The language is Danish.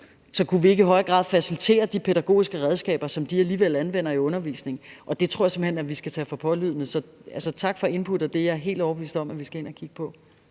så kunne I ikke i højere grad facilitere de pædagogiske redskaber, som vi alligevel anvender i undervisningen. Det tror jeg simpelt hen vi skal tage for pålydende. Tak for inputtet. Det er jeg helt overbevist om at vi skal ind og kigge på.